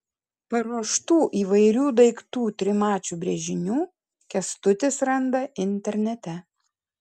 paruoštų įvairių daiktų trimačių brėžinių kęstutis randa internete